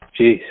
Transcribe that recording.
Jeez